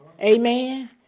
Amen